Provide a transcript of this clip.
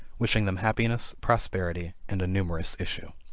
wishing them happiness, prosperity and a numerous issue.